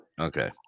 Okay